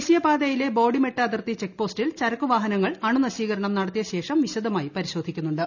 ദേശീയപാതയിലെ ബോഡിമെട്ട് അതിർത്തി ചെക്ക് പോസ്റ്റിൽ ചരക്കുവാഹനങ്ങൾ അണുനശീകരണം നടത്തിയശേഷം വിശദമായി പരിശോധിക്കുന്നുണ്ട്